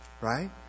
right